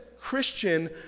Christian